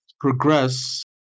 progress